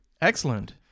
Excellent